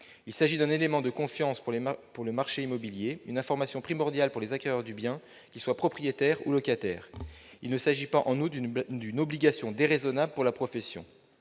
Il s'agit d'un élément de confiance pour le marché immobilier et d'une information primordiale pour les acquéreurs du bien, qu'ils soient propriétaires ou locataires. Il ne s'agit pas, en outre, d'une obligation déraisonnable pour la profession.